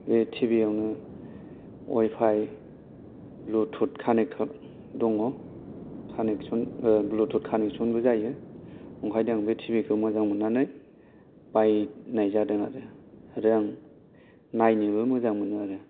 बे T V आवनो wifi bluetooth connect खालाय दङ कानेक्सन ब्लुटुथ कानेक्सनबो जायो नंखायनो आं बे टि भि खौ मोजां मोननानै बायनाय जादों आरो आरो आं नायनोबो मोजां मोनो आरो